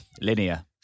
Linear